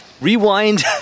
rewind